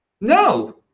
No